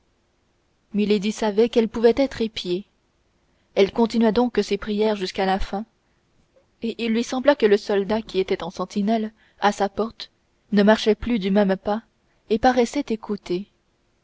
milady savait qu'elle pouvait être épiée elle continua donc ses prières jusqu'à la fin et il lui sembla que le soldat qui était de sentinelle à sa porte ne marchait plus du même pas et paraissait écouter